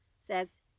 says